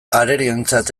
arerioentzat